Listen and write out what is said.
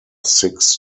six